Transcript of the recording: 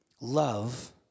Love